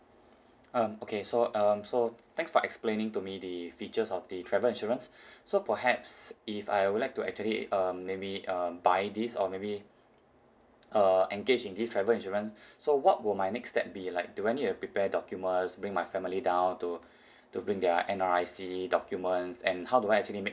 um okay so um so thanks for explaining to me the features of the travel insurance so perhaps if I would like to actually um maybe um buy this or maybe uh engage in this travel insurance so what will my next step be like do I need to prepare documents bring my family down to to bring their N_R_I_C documents and how do I actually make